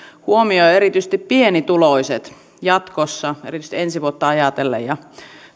huomioivat erityisesti pienituloiset jatkossa erityisesti ensi vuotta ajatellen ja